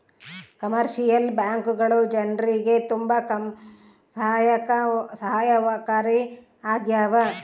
commercial ಬ್ಯಾಂಕ್ಗಳು ಜನ್ರಿಗೆ ತುಂಬಾ ಸಹಾಯಕಾರಿ ಆಗ್ಯಾವ